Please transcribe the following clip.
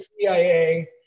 CIA